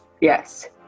Yes